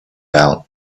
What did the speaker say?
out